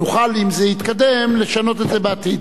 נוכל, אם זה יתקדם, לשנות את זה בעתיד.